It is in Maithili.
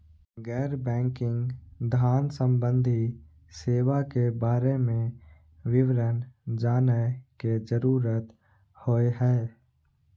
गैर बैंकिंग धान सम्बन्धी सेवा के बारे में विवरण जानय के जरुरत होय हय?